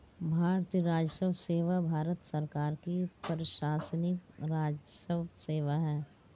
भारतीय राजस्व सेवा भारत सरकार की प्रशासनिक राजस्व सेवा है